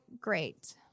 Great